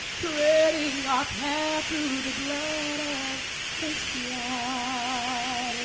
treading our path through the blood of the slaughtered. ah